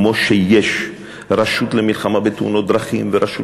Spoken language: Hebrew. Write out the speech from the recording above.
כמו שיש רשות למלחמה בתאונות דרכים ורשות